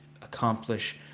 accomplish